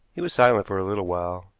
he was silent for a little while,